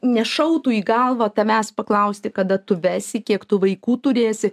nešautų į galvą tavęs paklausti kada tu vesi kiek tų vaikų turėsi